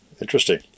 Interesting